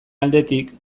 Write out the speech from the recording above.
aldetik